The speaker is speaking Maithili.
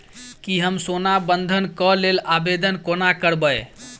की हम सोना बंधन कऽ लेल आवेदन कोना करबै?